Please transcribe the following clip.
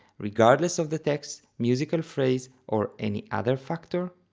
regardless of the text, musical phrase, or any other factor?